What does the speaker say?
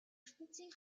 ертөнцийн